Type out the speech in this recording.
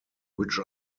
which